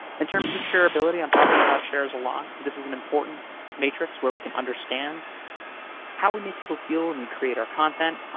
in terms of shareability, i'm talking about shares a lot. this is an important matrix where we can understand how we make people feel when and we create our content,